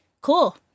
cool